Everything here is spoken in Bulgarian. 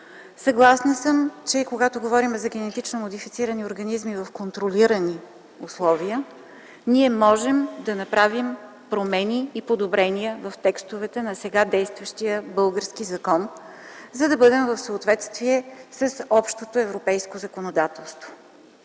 Съгласна съм, че когато говорим за ГМО в контролирани условия, ние можем да направим промени и подобрения в текстовете на сега действащия български закон, за да бъдем в съответствие с общото европейско законодателство.